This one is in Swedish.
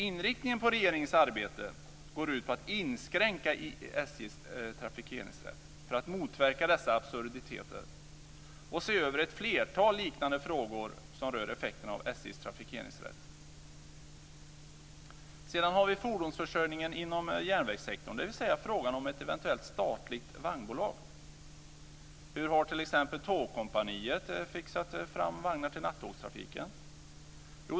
Inriktningen på regeringens arbete går ut på att inskränka SJ:s trafikeringsrätt för att motverka dessa absurditeter och att se över ett flertal liknande frågor som rör effekterna av SJ:s trafikeringsrätt. Sedan har vi fordonsförsörjningen inom järnvägssektorn, dvs. frågan om ett eventuellt statligt vagnbolag. Hur har t.ex. Tågkompaniet fixat fram vagnar till nattågstrafiken?